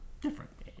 different